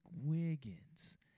Wiggins